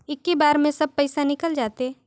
इक्की बार मे सब पइसा निकल जाते?